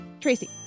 Tracy